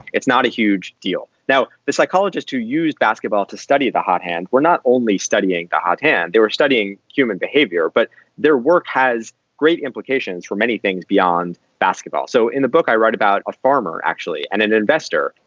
it's not a huge deal. now the psychologist who use basketball to study the hot hand. we're not only studying the hot hand. they were studying human behavior, but their work has great implications for many things beyond basketball. so in the book, i write about a farmer, actually, and an investor.